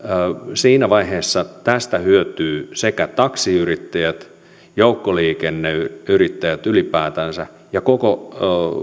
siinä vaiheessa tästä hyötyvät taksiyrittäjät joukkoliikenneyrittäjät ylipäätänsä ja koko